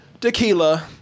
tequila